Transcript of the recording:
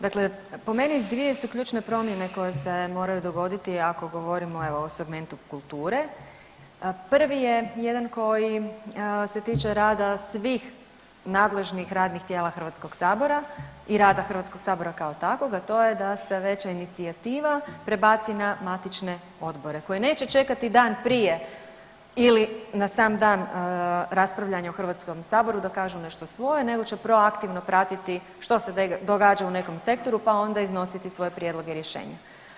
Dakle, po meni dvije su ključne promjene koje se moraju dogoditi ako govorimo evo o segmentu kulture, prvi je jedan koji se tiče rada svih nadležnih radnih tijela HS-a i rada HS-a kao takvog, a to je da se veća inicijativa prebaci na matične odbore koji neće čekati dan prije ili na sam dan raspravljanja u HS-u da kažu nešto svoje nego će proaktivno pratiti što se događa u nekom sektoru pa onda iznositi svoje prijedloge i rješenja.